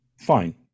Fine